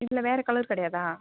இதில் வேறு கலர் கிடையாதா